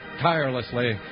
Tirelessly